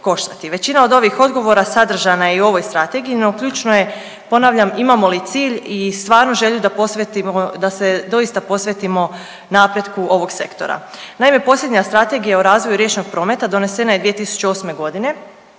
Većina od ovih odgovora sadržana je i u ovoj strategiji, no ključno je ponavljam imamo li cilj i stvarnu želju da posvetimo da se doista posvetimo napretku ovog sektora. Naime, posljednja strategija o razvoju riječnog prometa donesena je 2008. godine